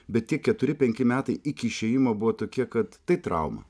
bet tie keturi penki metai iki išėjimo buvo tokie kad tai trauma